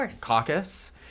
caucus